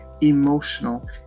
emotional